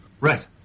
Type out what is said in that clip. Right